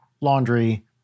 laundry